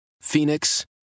Phoenix